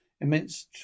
immense